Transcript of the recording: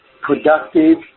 productive